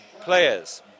players